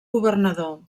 governador